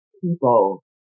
people